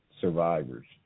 survivors